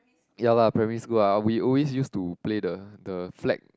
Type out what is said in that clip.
ya lah primary school lah we always used to play the the flag